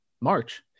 march